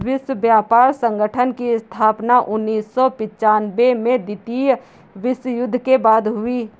विश्व व्यापार संगठन की स्थापना उन्नीस सौ पिच्यानबें में द्वितीय विश्व युद्ध के बाद हुई